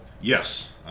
Yes